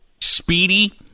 speedy